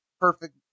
perfect